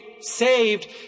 saved